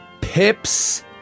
Pips